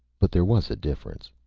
but there was a difference.